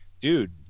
dude